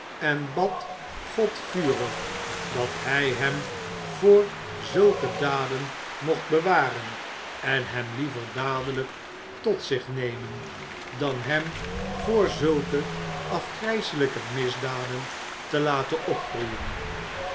en bad god vurig dat hij hem voor zulke daden mocht bewaren en hem liever dadelijk tot zich nemen dan hem voor zulke olivier twist afgrijselijke misdrijven te laten opgroeien